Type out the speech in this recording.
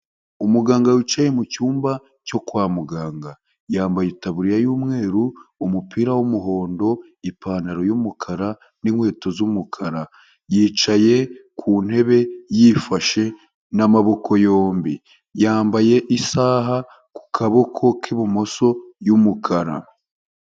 Umuganga wicaye mu cyumba cyo kwa muganga. Yambaye itaburiya y'umweru, umupira w'umuhondo, ipantaro yumukara n'inkweto z'umukara. Yicaye ku ntebe yifashe n'amaboko yombi. Yambaye isaha ku kaboko k'ibumoso y'umukara.